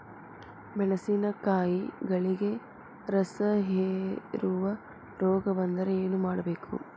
ಮೆಣಸಿನಕಾಯಿಗಳಿಗೆ ರಸಹೇರುವ ರೋಗ ಬಂದರೆ ಏನು ಮಾಡಬೇಕು?